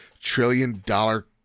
trillion-dollar